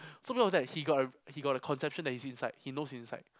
so when it was like he got a he got a conception that he's inside he knows inside